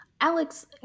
Alex